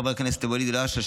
חבר הכנסת ואליד אלהואשלה,